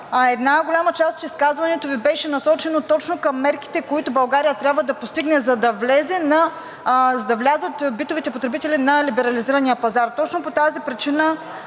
една голяма част от изказването Ви беше насочено точно към мерките, които България трябва да постигне, за да влязат битовите потребители на либерализирания пазар. Точно по тази причина